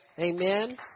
Amen